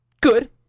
good